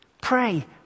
Pray